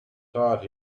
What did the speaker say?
taught